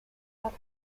that